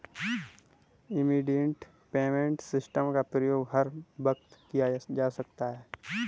immediate payment system का प्रयोग हर वक्त किया जा सकता है